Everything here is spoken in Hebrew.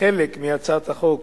חלק מהצעת חוק